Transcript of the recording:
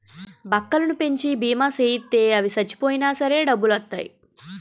బక్కలను పెంచి బీమా సేయిత్తే అవి సచ్చిపోయినా సరే డబ్బులొత్తాయి